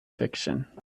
fiction